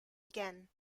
again